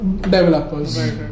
developers